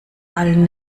allen